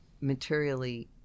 materially